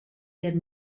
der